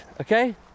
Okay